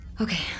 Okay